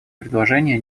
предложение